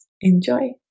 enjoy